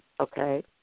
Okay